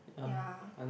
ya